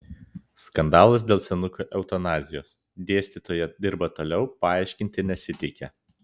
skandalas dėl senukų eutanazijos dėstytoja dirba toliau pasiaiškinti nesiteikia